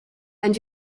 and